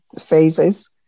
phases